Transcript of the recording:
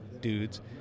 dudes